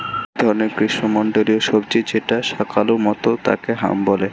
এক ধরনের গ্রীষ্মমন্ডলীয় সবজি যেটা শাকালু মতো তাকে হাম বলে